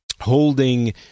holding